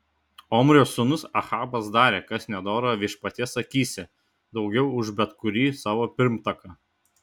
omrio sūnus ahabas darė kas nedora viešpaties akyse daugiau už bet kurį savo pirmtaką